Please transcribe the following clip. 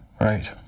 Right